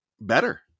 better